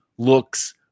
looks